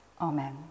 Amen